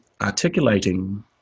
articulating